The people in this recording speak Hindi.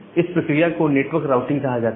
इस प्रक्रिया को नेटवर्क राउटिंग कहा जाता है